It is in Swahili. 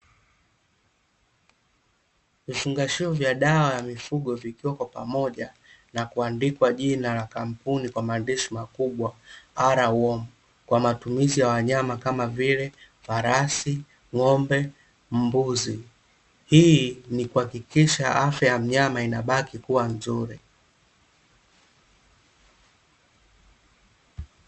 Vifungashio vya dawa ya mifugo vikiwa kwa pamoja, na kuandikwa jina la kampuni kwa maandishi makubwa R-womu kwa matumizi ya wanyama kama vile: farasi, ng'ombe, mbuzi; hii ni kuhakikisha afya ya mnyama inabaki kuwa nzuri.